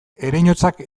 ereinotzak